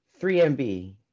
3MB